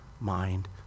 mind